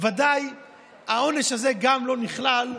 העונש הזה לא נכלל,